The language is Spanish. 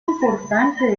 importante